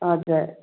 हजुर